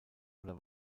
oder